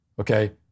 okay